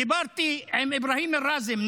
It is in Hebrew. דיברתי עם איברהים א-ראזם,